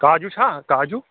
کاجوٗ چھِنہ کاجوٗ